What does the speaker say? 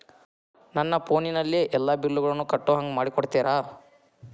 ನನ್ನ ಫೋನಿನಲ್ಲೇ ಎಲ್ಲಾ ಬಿಲ್ಲುಗಳನ್ನೂ ಕಟ್ಟೋ ಹಂಗ ಮಾಡಿಕೊಡ್ತೇರಾ?